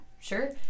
sure